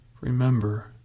Remember